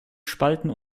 spalten